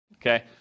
okay